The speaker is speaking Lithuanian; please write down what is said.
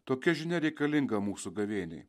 tokia žinia reikalinga mūsų gavėniai